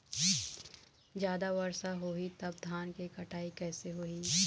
जादा वर्षा होही तब धान के कटाई कैसे होही?